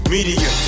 Media